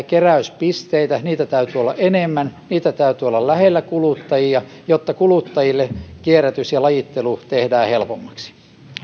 keräyspisteitä niitä täytyy olla enemmän niitä täytyy olla lähellä kuluttajia jotta kuluttajille kierrätys ja lajittelu tehdään helpommaksi